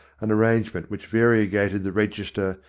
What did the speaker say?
an arrangement which variegated the register,